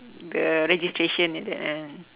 the registration like that kan